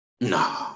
No